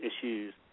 issues